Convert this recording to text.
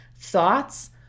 Thoughts